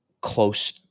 close